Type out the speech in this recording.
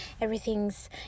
everything's